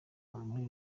muri